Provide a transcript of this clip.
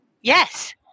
Yes